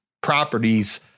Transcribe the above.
properties